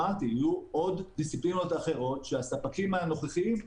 אמרתי שיהיו עוד דיסציפלינות אחרות שהספקים הנוכחים,